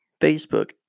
Facebook